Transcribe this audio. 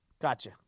Gotcha